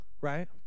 right